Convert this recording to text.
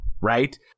Right